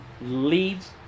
leads